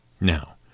Now